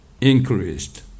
increased